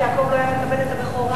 אחרת יעקב לא היה מקבל את הבכורה.